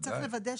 בוודאי.